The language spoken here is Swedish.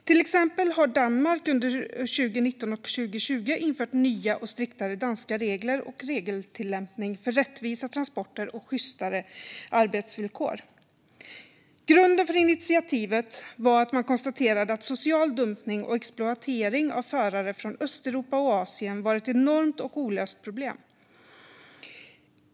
Till exempel har Danmark under 2019 och 2020 infört nya och striktare regler för rättvisa transporter och sjystare arbetsvillkor. Även regeltillämpningen har gjorts striktare. Grunden för initiativet var att man konstaterade att social dumpning och exploatering av förare från Östeuropa och Asien var ett enormt och olöst problem.